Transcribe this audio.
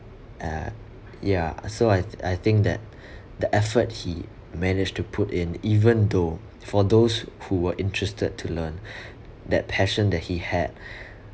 uh ya so I I think that the effort he managed to put in even though for those who were interested to learn that passion that he had